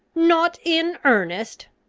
not in earnest!